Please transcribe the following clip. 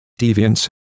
deviance